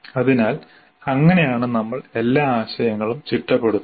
അതിനാൽ അങ്ങനെയാണ് നമ്മൾ എല്ലാ ആശയങ്ങളും ചിട്ടപ്പെടുത്തുന്നത്